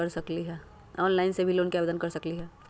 Online से भी loan के आवेदन कर सकलीहल?